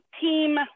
team